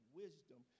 wisdom